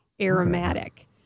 aromatic